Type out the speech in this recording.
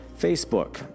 Facebook